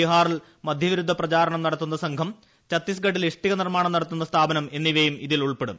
ബീഹാറിൽ മദ്യവിരുദ്ധ പ്രചാരണം നടത്തുന്ന സംഘം ഛത്തീസ്ഗഡിൽ ഇഷ്ടിക നിർമാണം നടത്തുന്ന സ്ഥാപനം എന്നിവയും ഇതിൽ ഉൾപ്പെടും